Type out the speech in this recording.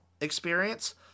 experience